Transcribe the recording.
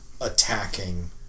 attacking